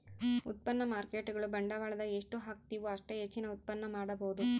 ಉತ್ಪನ್ನ ಮಾರ್ಕೇಟ್ಗುಳು ಬಂಡವಾಳದ ಎಷ್ಟು ಹಾಕ್ತಿವು ಅಷ್ಟೇ ಹೆಚ್ಚಿನ ಉತ್ಪನ್ನ ಮಾಡಬೊದು